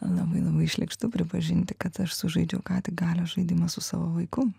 labai labai šlykštu pripažinti kad aš sužaidžiau ką tik galios žaidimą su savo vaiku